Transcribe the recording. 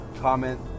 Comment